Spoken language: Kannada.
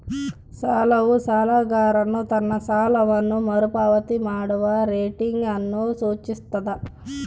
ಸಾಲವು ಸಾಲಗಾರನು ತನ್ನ ಸಾಲವನ್ನು ಮರುಪಾವತಿ ಮಾಡುವ ರೇಟಿಂಗ್ ಅನ್ನು ಸೂಚಿಸ್ತದ